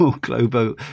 global